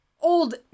old